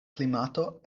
klimato